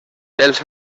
els